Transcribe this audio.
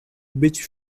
which